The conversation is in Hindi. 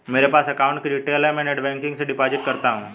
मेरे पास अकाउंट की डिटेल है मैं नेटबैंकिंग से डिपॉजिट करता हूं